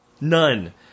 None